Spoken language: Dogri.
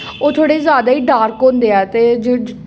ओह् थोह्ड़े जैदा गै डार्क होंदे ऐ ते जे